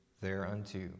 thereunto